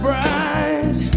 Bright